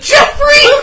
Jeffrey